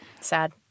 Sad